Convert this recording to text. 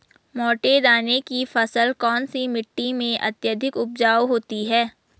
मोटे दाने की फसल कौन सी मिट्टी में अत्यधिक उपजाऊ होती है?